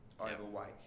overweight